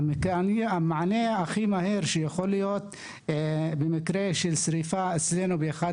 המענה המהיר ביותר שיכול להיות במקרה של שריפה באחד